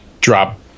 drop